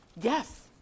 Yes